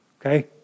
okay